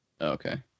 Okay